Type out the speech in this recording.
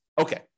Okay